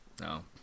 no